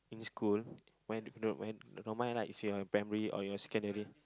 in this school when the when the normal is when you're in primary or you're secondary